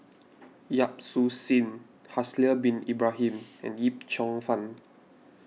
Yap Su Yin Haslir Bin Ibrahim and Yip Cheong Fun